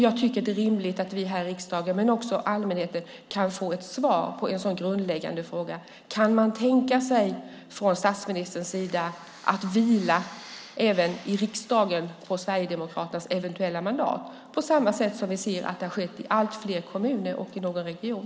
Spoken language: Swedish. Jag tycker att det är rimligt att vi här i riksdagen, men också allmänheten, kan få ett svar på en så grundläggande fråga: Kan man tänka sig från statsministerns sida att vila även i riksdagen på Sverigedemokraternas eventuella mandat, på samma sätt som vi ser har skett i allt fler kommuner och i någon region?